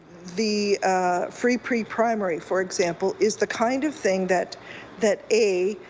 the ah free preprimary, for example, is the kind of thing that that a,